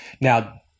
Now